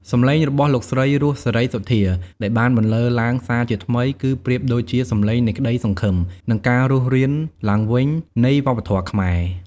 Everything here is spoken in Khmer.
សំឡេងរបស់លោកស្រី រស់ សេរីសុទ្ធា ដែលបានបន្លឺឡើងសារជាថ្មី គឺប្រៀបដូចជា សំឡេងនៃក្តីសង្ឃឹម និង ការរស់រានឡើងវិញ នៃវប្បធម៌ខ្មែរ។